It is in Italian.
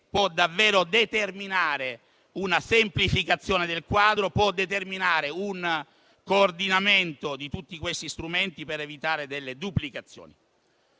può davvero determinare una semplificazione del quadro e un coordinamento di tutti questi strumenti, per evitare delle duplicazioni.